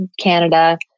Canada